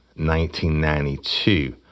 1992